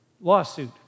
lawsuit